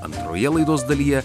antroje laidos dalyje